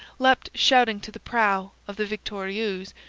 leapt shouting to the prow of the victorieuse,